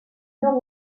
nord